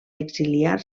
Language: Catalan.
exiliar